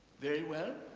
very well